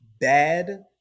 Bad